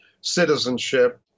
citizenship